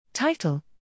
Title